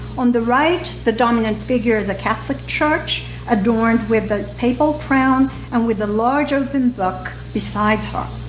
on the right, the dominant figure is a catholic church adorned with the papal crown and with the large open book besides her.